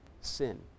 sin